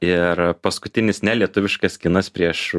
ir paskutinis nelietuviškas kinas prieš